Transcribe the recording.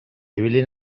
ibili